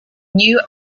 new